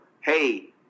hey